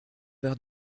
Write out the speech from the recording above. verre